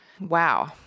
Wow